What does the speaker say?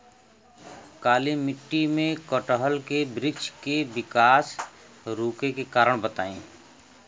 काली मिट्टी में कटहल के बृच्छ के विकास रुके के कारण बताई?